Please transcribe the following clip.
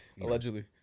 Allegedly